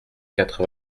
quatre